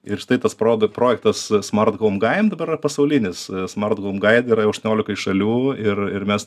ir štai tas prod projektas smart houm gajem dabar pasaulinis smart goum gai yra jau aštuoniolikoj šalių ir ir mes